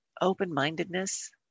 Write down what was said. Open-mindedness